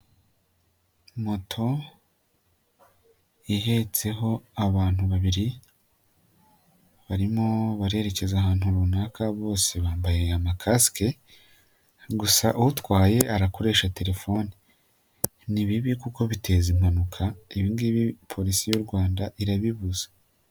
Moto ihetseho abantu babiri barimo barerekeza ahantu runaka bose bambaye amakasike, gusa utwaye arakoresha telefoni, ni bibi kuko biteza impanuka, ibi ngibi Polisi y'u Rwanda irabibuza.